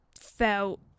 felt